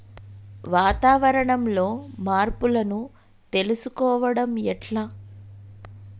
వాతావరణంలో మార్పులను తెలుసుకోవడం ఎట్ల?